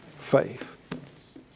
faith